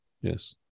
yes